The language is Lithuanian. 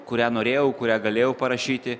kurią norėjau kurią galėjau parašyti